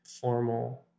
formal